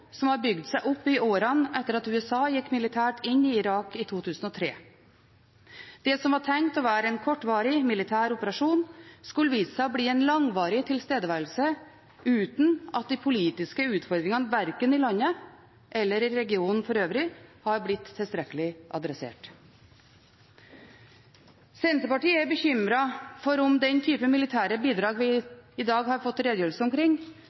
som har bygd seg opp i årene etter at USA gikk militært inn i Irak i 2003. Det som var tenkt å være en kortvarig militær operasjon, skulle vise seg å bli en langvarig tilstedeværelse, uten at de politiske utfordringene verken i landet eller i regionen for øvrig har blitt tilstrekkelig adressert. Senterpartiet er bekymret for om den typen militære bidrag vi i dag har fått redegjørelse omkring,